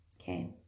okay